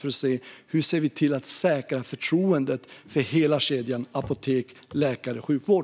Det handlar om att se till hur vi säkrar förtroendet för hela kedjan apotek-läkare-sjukvård.